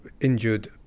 injured